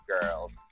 Girls